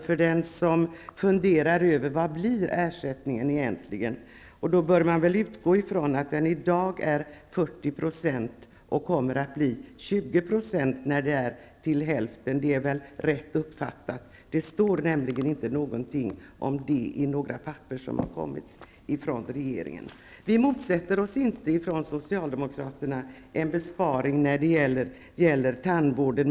Man kan komma att fundera över vad ersättningen egentligen kommer att bli, men om man utgår från att den i dag är 40 %, kommer den väl att bli 20 %. Är det rätt uppfattat? Det står nämligen inte någonting om det i de papper som har kommit från regeringen. Vi i Socialdemokraterna motsätter oss inte en besparing när det gäller tandvården.